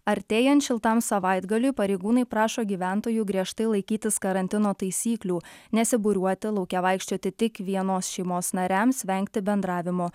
artėjant šiltam savaitgaliui pareigūnai prašo gyventojų griežtai laikytis karantino taisyklių nesibūriuoti lauke vaikščioti tik vienos šeimos nariams vengti bendravimo